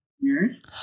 nurse